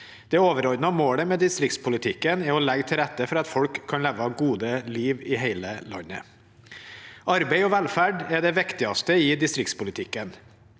Det overordnede målet med distriktspolitikken er å legge til rette for at folk kan leve et godt liv i hele landet. Arbeid og velferd er det viktigste i distriktspolitikken.